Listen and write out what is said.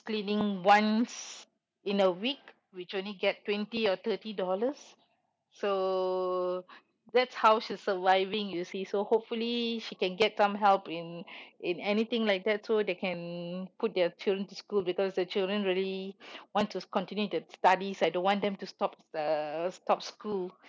cleaning once in a week which only get twenty or thirty dollars so that's how she's surviving you see so hopefully she can get some help in in anything like that so that they can put their children to school because the children really want to continue the studies I don't want them to stop uh stop school